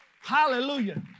Hallelujah